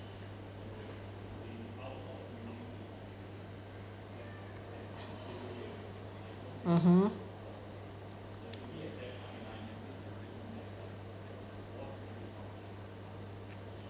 mmhmm